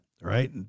right